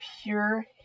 pure